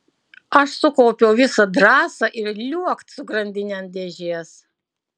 aš sukaupiau visą drąsą ir liuokt su grandine ant dėžės